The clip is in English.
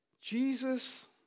Jesus